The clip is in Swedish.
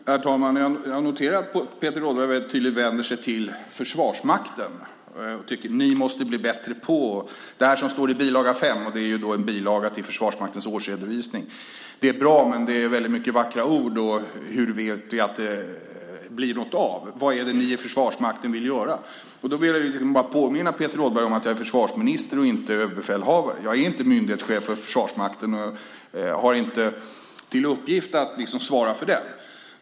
Herr talman! Jag noterar att Peter Rådberg väldigt tydligt vänder sig till Försvarsmakten. Han uttrycker vad man måste bli bättre på, och han hänvisar till det som står i bil. 5, som är en bilaga till Försvarsmaktens årsredovisning. Han säger att det är bra men att det är väldigt mycket vackra ord; han undrar hur man ska veta att det blir något av detta och vad det är Försvarsmakten vill göra. Jag vill bara påminna Peter Rådberg om att jag är försvarsminister och inte överbefälhavare. Jag är inte myndighetschef för Försvarsmakten och har inte till uppgift att svara för den.